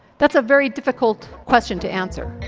that's a very difficult question to answer.